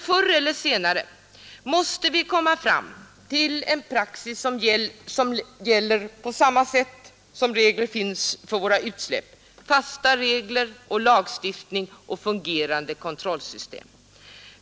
Förr eller senare måste vi komma fram till en praxis liknande den som gäller för utsläpp — fasta regler och lagstiftning samt ett fungerande kontrollsystem.